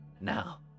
now